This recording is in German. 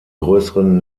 größeren